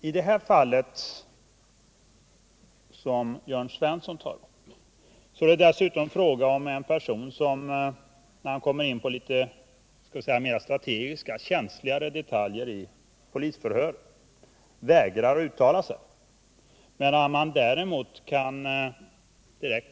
I det fall som Jörn Svensson tar upp är det dessutom fråga om en person som vägrar att uttala sig när man vid polisförhör kommer in på litet mera känsliga detaljer.